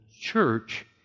church